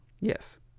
Yes